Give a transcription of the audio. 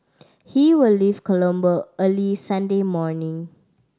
he will leave Colombo early Sunday morning